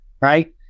right